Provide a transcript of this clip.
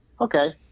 Okay